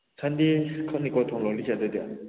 ꯁꯟꯗꯦ ꯈꯛꯅꯤꯀꯣ ꯊꯣꯡ ꯂꯣꯟꯂꯤꯁꯦ ꯑꯗꯨꯗꯤ